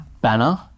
banner